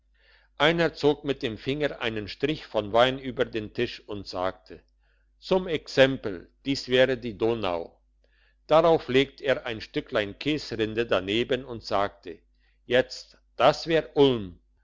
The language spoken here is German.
einer zog mit dem finger einen strich von wein über den tisch und sagte zum exempel dies wäre die donau drauf legte er ein stücklein käsrinde daneben und sagte jetzt das wär ulm